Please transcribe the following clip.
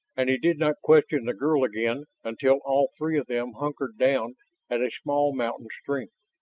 and he did not question the girl again until all three of them hunkered down at a small mountain spring,